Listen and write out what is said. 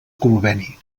conveni